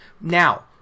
Now